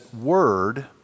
word